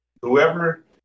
Whoever